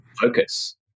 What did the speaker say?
focus